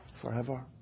forever